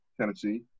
Tennessee